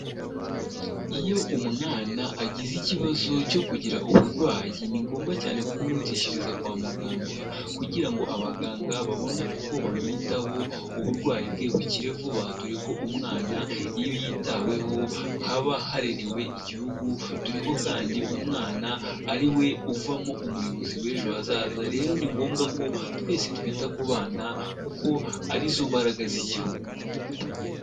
Iyo umwana agize ikibazo cyo kugira uburwayi, ni ngombwa cyane kumwihutishiriza kwa muganga kugira ngo abaganga babone uko bamwitaho, uburwayi bwe bukire vuba; dore ko umwana iyo yitaweho haba harerewe Igihugu doreko kandi umwana ari we uvamo umuyobozi w'ejo hazaza, rero ni ngombwa ko twese twita ku bana kuko arizo mbaraga z'Igihugu.